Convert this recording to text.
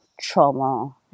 trauma